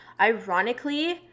Ironically